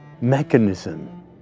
mechanism